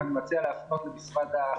שהם יוכלו לעזור לתלמידים להתכונן לבגרויות?